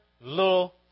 little